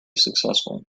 successful